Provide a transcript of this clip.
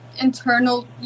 internal